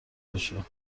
بکشه